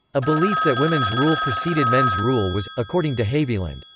a belief that women's rule preceded men's rule was, according to haviland,